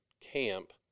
camp